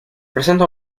presenta